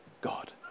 god